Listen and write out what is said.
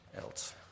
else